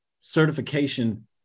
certification